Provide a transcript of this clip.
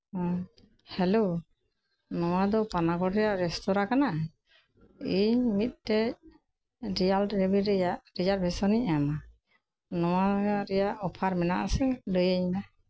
hello ᱱᱚᱣᱟᱫᱚ ᱯᱟᱱᱟᱜᱚᱲ ᱨᱮᱭᱟᱜ restaurant ᱠᱟᱱᱟ ᱤᱧᱢᱤᱫᱴᱮᱡ ᱰᱤᱭᱟᱞ ᱨᱮᱵᱤᱨᱮᱭᱟᱜ ᱨᱤᱡᱟᱨᱵᱷᱮᱥᱚᱱ ᱤᱧ ᱮᱢᱟ ᱱᱚᱣᱟ ᱨᱮᱭᱟᱜ ᱚᱯᱷᱟᱨ ᱢᱮᱱᱟᱜ ᱟᱥᱮ ᱞᱟᱹᱭᱟᱹᱧ ᱢᱮ